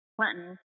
Clinton